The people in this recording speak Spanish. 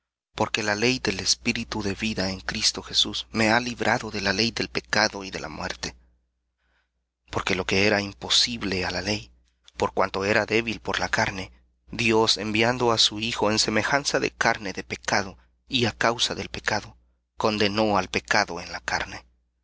porque la ley del espíritu de vida en cristo jesús me ha librado de la ley del pecado y de la muerte porque lo que era imposible á la ley por cuanto era débil por la carne dios enviando á su hijo en semejanza de carne de pecado y á causa del pecado condenó al pecado en la carne